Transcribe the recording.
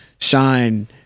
shine